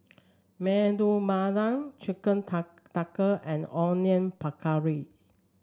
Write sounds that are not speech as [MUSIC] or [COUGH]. Medu [UNINTELLIGIBLE] Chicken [UNINTELLIGIBLE] Tikka and Onion Pakora